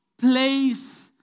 Place